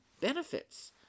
benefits